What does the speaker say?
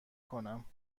کنم